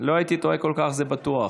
לא הייתי טועה כל כך, זה בטוח.